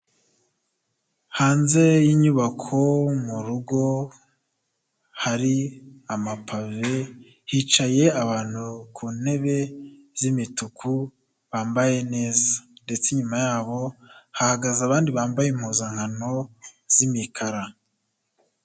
Hanze y'inyubako mu rugo hari amapave, hicaye abantu ku ntebe z'imituku bambaye neza, ndetse inyuma yabo hahagaze abandi bambaye impuzankano z'imikara.